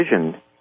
vision